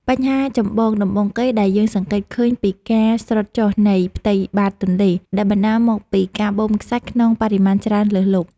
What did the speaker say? បញ្ហាចម្បងដំបូងគេដែលយើងសង្កេតឃើញគឺការស្រុតចុះនៃផ្ទៃបាតទន្លេដែលបណ្តាលមកពីការបូមខ្សាច់ក្នុងបរិមាណច្រើនលើសលប់។